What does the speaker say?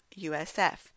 USF